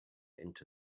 into